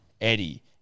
Eddie